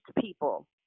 people